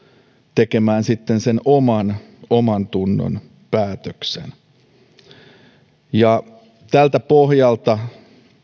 tekemään sitten sen oman omantunnon päätöksen tältä pohjalta